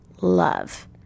Love